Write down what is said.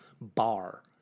bar